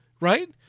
Right